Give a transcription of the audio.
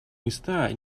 места